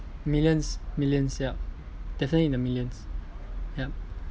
millions millions yup definitely in the millions yup